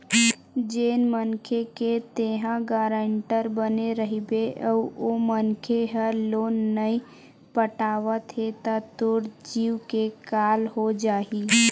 जेन मनखे के तेंहा गारेंटर बने रहिबे अउ ओ मनखे ह लोन नइ पटावत हे त तोर जींव के काल हो जाही